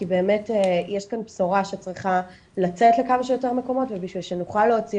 כי באמת יש כאן בשורה שצריכה לצאת לכמה שיותר מקומות ובשביל שנוכל להוציא